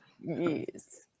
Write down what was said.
Yes